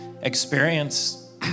experience